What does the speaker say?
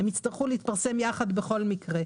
הם יצטרכו להתפרסם יחד בכל מקרה.